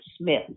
Smith